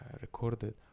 recorded